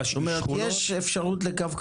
זאת אומרת, יש אפשרות לקו כחול?